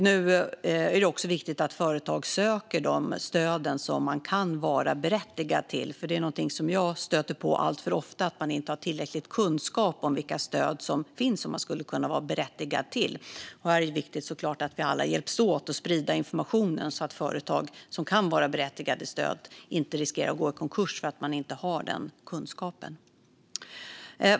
Nu är det också viktigt att företag söker de stöd de kan vara berättigade till. Jag stöter nämligen alltför ofta på att man inte har tillräcklig kunskap om vilka stöd som finns och som man skulle kunna vara berättigad till. Här är det såklart viktigt att vi alla hjälps åt att sprida informationen så att företag som kan vara berättigade till stöd inte riskerar att gå i konkurs för att de inte har den kunskapen.